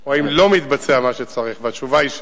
או לא מתבצע מה שצריך, והתשובה היא שכן.